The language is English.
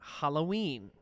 Halloween